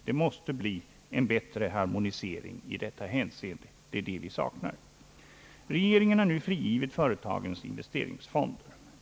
Det måste bli en bättre harmoniering i detta hänseende. Det är det vi saknar. Regeringen har nu frigivit företagens investeringsfonder.